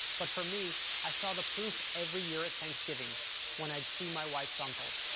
but for me, i saw the proof every year at thanksgiving when i'd see my wife's uncle.